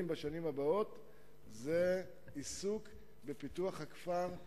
בשנים הבאות הוא העיסוק בפיתוח הכפר,